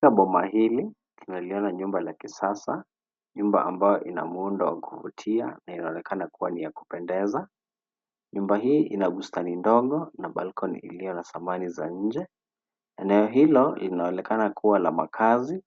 Katika boma hili tunaliona nyumba la kisasa, nyumba ambayo ina muundo wa kuvutia na inaonekana kuwa ni ya kupendeza. Nyumba hii ina bustani ndogo na balcony iliyo na samani za nje eneo hilo linaonekana kuwa la makazi